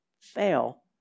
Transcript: fail